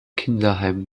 kinderheim